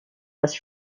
was